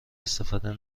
استفاده